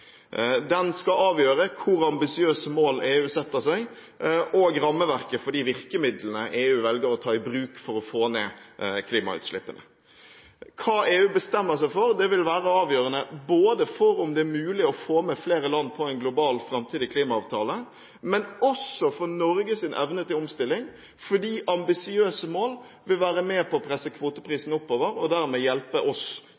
Den skal avgjøre hvor ambisiøse mål EU setter seg, og rammeverket for de virkemidlene EU velger å ta i bruk for å få ned klimautslippene. Hva EU bestemmer seg for, vil være avgjørende både for om det er mulig å få med flere land på en global, framtidig klimaavtale og for Norges evne til omstilling. For ambisiøse mål vil være med på å presse kvoteprisen oppover og dermed hjelpe oss